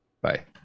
Bye